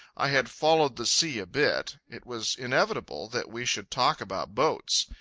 i had followed the sea a bit. it was inevitable that we should talk about boats.